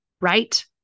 Right